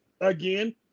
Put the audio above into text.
again